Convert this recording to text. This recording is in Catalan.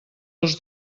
els